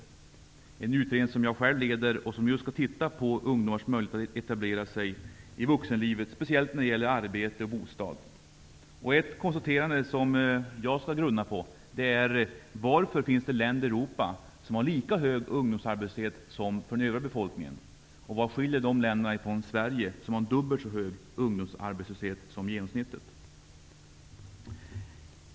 Det är en utredning som jag själv leder och som just skall titta närmare på ungdomars möjligheter att etablera sig i vuxenlivet, speciellt när det gäller arbete och bostad. Något som jag skall grunna på är varför det finns länder i Europa som har en ungdomsarbetslöshet som är lika hög som arbetslösheten för den övriga befolkningen och vad som skiljer de länderna från Sverige, som har en ungdomsarbetslöshet som är dubbelt så hög som arbetslösheten för genomsnittet.